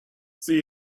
sie